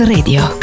Radio